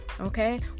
Okay